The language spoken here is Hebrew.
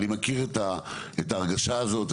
אני מכיר את ההרגשה הזאת,